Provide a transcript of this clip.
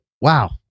wow